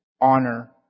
honor